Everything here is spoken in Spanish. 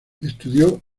estudió